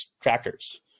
tractors